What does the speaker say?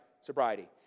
sobriety